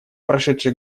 прошедший